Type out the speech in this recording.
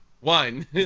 one